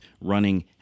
running